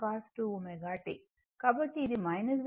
కాబట్టి ఇది Vm Im2 cos 2 ω t